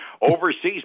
Overseas